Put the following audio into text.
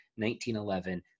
1911